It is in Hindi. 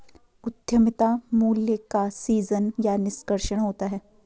उद्यमिता मूल्य का सीजन या निष्कर्षण होता है